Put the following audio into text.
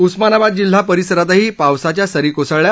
उस्मानाबाद जिल्हा परिसरातही पावसाच्या सरी कोसळल्या